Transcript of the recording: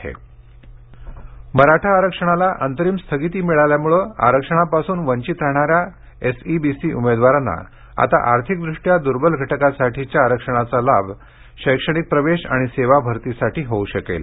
राज्यमंत्रिमंडळ निर्णय मराठा आरक्षणाला अंतरिम स्थगिती मिळाल्यामुळे आरक्षणापासून वंचित राहणाऱ्या एसईबीसी उमेदवारांना आता आर्थिकदृष्ट्या दूर्बल घटकासाठीच्या आरक्षणाचा लाभ शैक्षणिक प्रवेश आणि सेवाभरतीसाठी होऊ शकेल